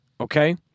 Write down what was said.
okay